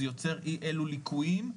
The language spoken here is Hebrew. זה יוצר אי-אלו ליקויים.